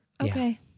Okay